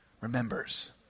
remembers